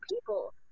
people